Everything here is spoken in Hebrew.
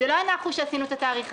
זה לא אנחנו שעשינו את התאריך הזה.